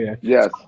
yes